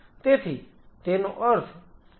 તેથી તેનો અર્થ 7 કરતા ઓછી છે